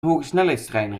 hogesnelheidstrein